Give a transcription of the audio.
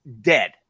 dead